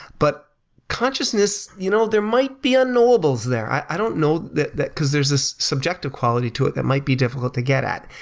but consciousness, you know there might be ah knowables there. i don't know that, because there's this subjective quality to it that might be difficult to get at.